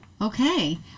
Okay